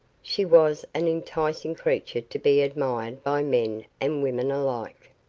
she was an enticing creature to be admired by men and women alike.